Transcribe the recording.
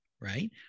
right